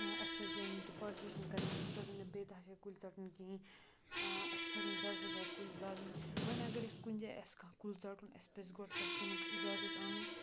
اَسہِ پَزَن ڈِفاریٚسٹریشَن کَرٕنۍ کینہہ اَسہِ پَزَن نہٕ بیتَہاشا کُلۍ ژَٹٕنۍ کِہیٖنۍ اَسہِ پَزَن زیادٕ کھۄتہٕ زیادٕ کُلۍ لاگٕنۍ وۄنۍ اَگر اَسہِ کُنہِ جاے آسہِ کانٛہہ کُل ژَٹُن اَسہِ پَزِ گۄڈٕ تَتھ تمیُک اِجازَت اَنُن